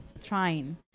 trying